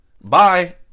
Bye